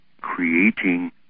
creating